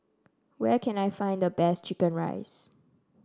where can I find the best chicken rice